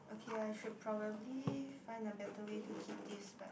okay I should probably find a better way to keep this but